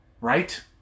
right